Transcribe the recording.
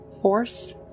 force